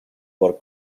por